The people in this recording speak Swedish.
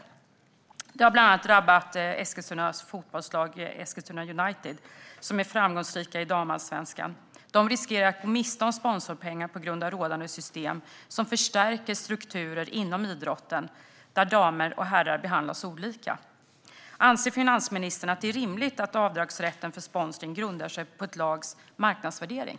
Detta har bland annat drabbat Eskilstunas fotbollslag Eskilstuna United, som är framgångsrikt i damallsvenskan. Laget riskerar att gå miste om sponsorpengar på grund av rådande system. Systemet förstärker strukturer inom idrotten där damer och herrar behandlas olika. Anser finansministern att det är rimligt att avdragsrätten för sponsring grundar sig på ett lags marknadsvärdering?